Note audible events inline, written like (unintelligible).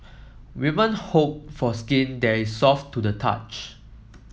(unintelligible) hope for skin that is soft to the touch